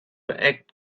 act